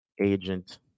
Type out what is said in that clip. agent